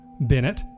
Bennett